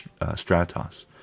stratos